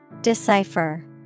Decipher